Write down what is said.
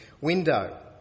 window